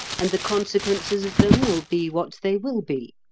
and the consequences of them will be what they will be.